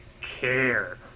care